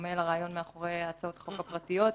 בדומה לרעיון מאחורי הצעות החוק הפרטיות,